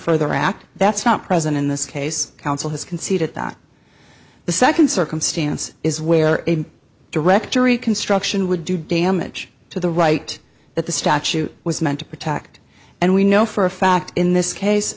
further act that's not present in this case council has conceded that the second circumstance is where a directory construction would do damage to the right that the statute was meant to protect and we know for a fact in this case